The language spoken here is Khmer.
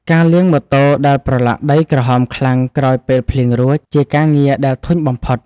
ការលាងម៉ូតូដែលប្រឡាក់ដីក្រហមខ្លាំងក្រោយពេលភ្លៀងរួច ជាការងារដែលធុញបំផុត។